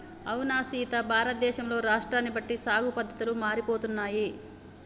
అవునా సీత భారతదేశంలో రాష్ట్రాన్ని బట్టి సాగు పద్దతులు మారిపోతున్నాయి